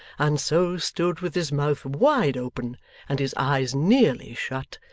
and so stood with his mouth wide open and his eyes nearly shut,